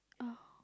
oh